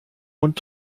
und